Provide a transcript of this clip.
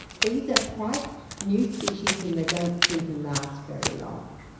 these are quite new species and they don't seem to last very long.